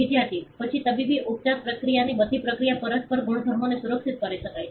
વિદ્યાર્થી પછી તબીબી ઉપચાર પ્રક્રિયાની બધી પ્રક્રિયા પરસ્પર ગુણધર્મોને સુરક્ષિત કરી શકાય છે